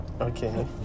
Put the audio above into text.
Okay